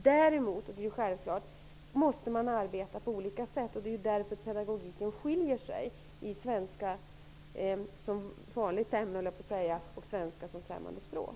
Däremot måste man naturligtvis arbeta på olika sätt, och det är därför pedagogiken skiljer sig mellan svenska som ''vanligt ämne'' och svenska som främmande språk.